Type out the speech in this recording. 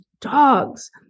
dogs